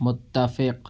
متفق